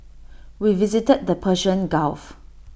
we visited the Persian gulf